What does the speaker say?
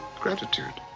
gratitude.